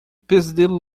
pesadelo